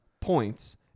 points